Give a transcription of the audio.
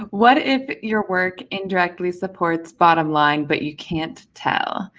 what if your work indirectly supports bottom line but you can't tell?